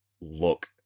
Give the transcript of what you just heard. look